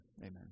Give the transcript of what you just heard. Amen